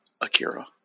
Akira